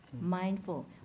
mindful